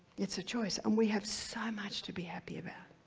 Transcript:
it's a choice, and we have so much to be happy about,